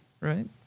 right